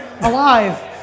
alive